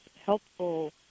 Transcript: helpful